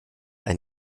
ein